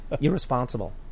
Irresponsible